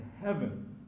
heaven